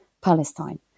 Palestine